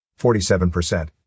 47%